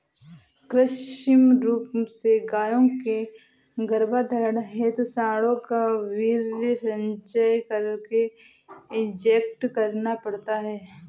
कृत्रिम रूप से गायों के गर्भधारण हेतु साँडों का वीर्य संचय करके इंजेक्ट करना पड़ता है